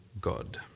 God